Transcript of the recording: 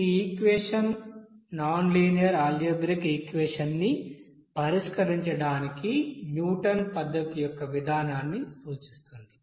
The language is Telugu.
ఈ ఈక్యేషన్ం నాన్ లీనియర్ అల్జెబ్రిక్ ఈక్యేషన్ ని పరిష్కరించడానికి న్యూటన్ పద్ధతి యొక్క విధానాన్ని సూచిస్తుంది